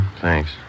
Thanks